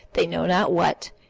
they know not what.